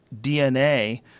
dna